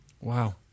Wow